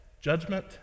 judgment